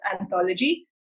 anthology